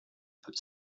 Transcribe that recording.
put